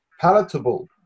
palatable